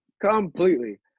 Completely